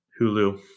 Hulu